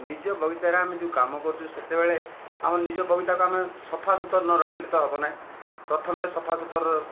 ନିଜ ବଗିଚାରେ ଆମେ ଯେଉଁ କାମ କରୁଛୁ ସେତେବେଳେ ଆମ ନିଜ ବଗିଚାକୁ ଆମେ ସଫା ସୁତୁରା ନ ରଖିଲେ ତ ହେବ ନାହିଁ ପ୍ରଥମେ ସଫା ସୁତୁରା